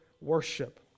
worship